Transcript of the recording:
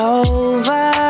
over